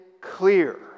clear